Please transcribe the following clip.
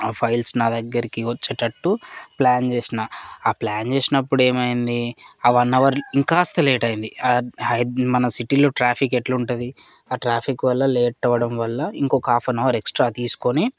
ఆ ఫైల్స్ నా దగ్గరికి వచ్చేటట్టు ప్లాన్ చేసిన ఆ ప్లాన్ చేసినప్పుడు ఏమైంది ఆ వన్ అవర్ ఇంకాస్త లేట్ అయింది మన సిటీలో ట్రాఫిక్ ఎట్లుంటుంది ఆ ట్రాఫిక్ వల్ల లేట్ అవ్వడం వల్ల ఇంకొక హాఫ్ అన్ అవర్ ఎక్స్ట్రా తీసుకొని